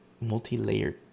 multi-layered